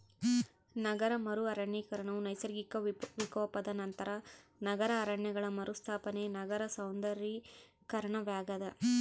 ನಗರ ಮರು ಅರಣ್ಯೀಕರಣವು ನೈಸರ್ಗಿಕ ವಿಕೋಪದ ನಂತರ ನಗರ ಅರಣ್ಯಗಳ ಮರುಸ್ಥಾಪನೆ ನಗರ ಸೌಂದರ್ಯೀಕರಣವಾಗ್ಯದ